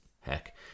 Heck